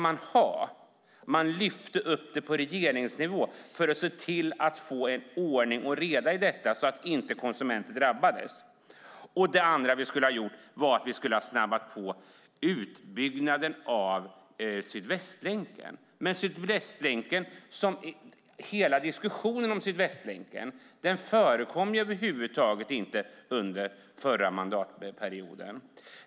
Man lyfte upp frågan till regeringsnivå för att se till att få ordning och reda i detta så att konsumenter inte drabbades. Vi skulle också ha snabbat på utbyggnaden av Sydvästlänken. Men någon diskussion om Sydvästlänken förekom över huvud taget inte under förra mandatperioden.